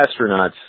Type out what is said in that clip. astronauts